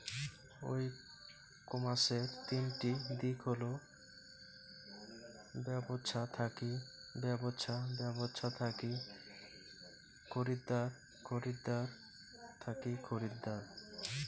ই কমার্সের তিনটি দিক হল ব্যবছা থাকি ব্যবছা, ব্যবছা থাকি খরিদ্দার, খরিদ্দার থাকি খরিদ্দার